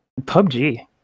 PUBG